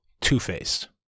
two-faced